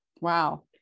Wow